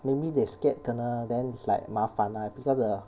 maybe they scared kena then is like 麻烦 lah because the